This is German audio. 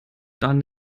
dann